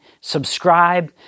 subscribe